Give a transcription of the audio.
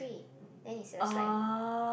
then it's just like